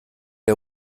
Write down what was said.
der